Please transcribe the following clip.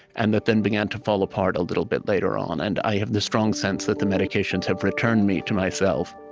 and that then began to fall apart a little bit later on. and i have the strong sense that the medications have returned me to myself